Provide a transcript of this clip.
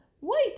Wait